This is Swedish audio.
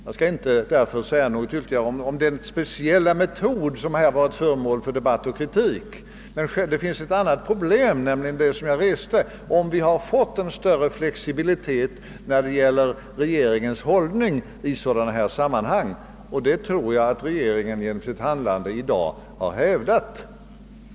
Jag skall därför inte säga något ytterligare om den speciella metod som varit föremål för debatt och kritik. Det finns ett annat problem, nämligen om vi har fått en större flexibilitet när det gäller regeringens hållning i sådana här sammanhang, och det tror jag att regeringen genom sitt handlande i dag har hävdat.